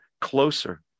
closer